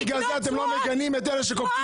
לקנות --- בגלל זה אתם לא מגנים את אלה שקופצים